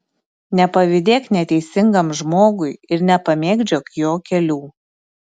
nepavydėk neteisingam žmogui ir nepamėgdžiok jo kelių